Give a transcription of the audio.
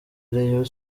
rayon